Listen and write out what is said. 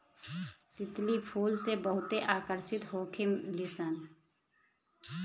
तितली फूल से बहुते आकर्षित होखे लिसन